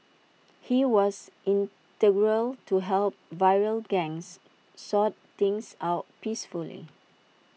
he was integral to help rival gangs sort things out peacefully